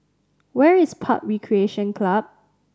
where is PUB Recreation Club